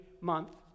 month